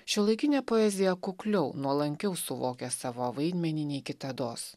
šiuolaikinė poezija kukliau nuolankiau suvokia savo vaidmenį nei kitados